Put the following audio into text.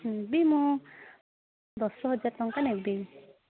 ଫିର୍ ବି ମୁଁ ଦଶହଜାର ଟଙ୍କା ନେବି